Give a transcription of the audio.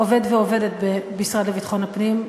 עובד ועובדת במשרד לביטחון פנים,